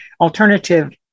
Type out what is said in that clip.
alternative